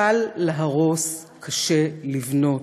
קל להרוס, קשה לבנות.